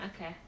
Okay